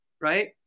right